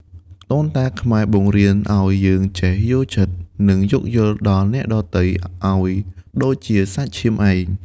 ដូនតាខ្មែរបង្រៀនឱ្យយើងចេះ «យល់ចិត្ត» និង «យោគយល់» ដល់អ្នកដទៃឱ្យដូចជាសាច់ឈាមឯង។